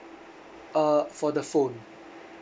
uh for the phone